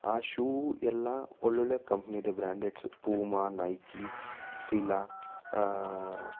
ಆ ಶೂ ಎಲ್ಲಾ ಒಳ್ಳೊಳ್ಳೆ ಕಂಪ್ನಿದ್ದೆ ಬ್ರಾಂಡೆಡ್ಸ್ ಪೂಮ ನೈಕಿ ಫಿಲ್ಲಾ